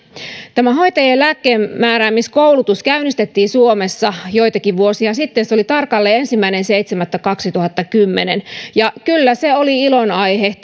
tämä hoitajien lääkkeenmääräämiskoulutus käynnistettiin suomessa joitakin vuosia sitten se oli tarkalleen ensimmäinen seitsemättä kaksituhattakymmenen ja kyllä se oli ilonaihe